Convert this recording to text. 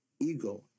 ego